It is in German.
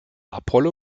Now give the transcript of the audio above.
apollo